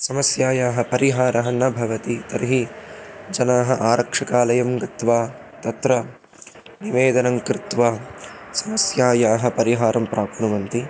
समस्यायाः परिहारः न भवति तर्हि जनाः आरक्षकालयं गत्वा तत्र निवेदनं कृत्वा समस्यायाः परिहारं प्राप्नुवन्ति